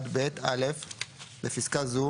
"(1ב)(א)בפסקה זו